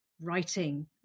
writing